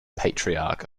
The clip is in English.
patriarch